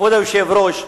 כבוד היושב-ראש,